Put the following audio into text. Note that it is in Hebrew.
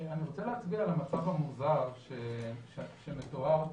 אני רוצה להצביע על המצב המוזר שמתואר פה,